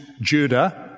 Judah